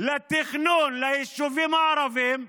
לתכנון ליישובים הערביים,